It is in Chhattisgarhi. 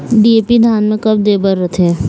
डी.ए.पी धान मे कब दे बर रथे?